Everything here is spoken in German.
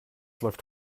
läuft